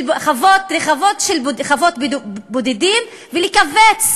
חוות בודדים, ולכווץ